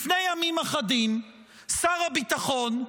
לפני ימים אחדים שר הביטחון,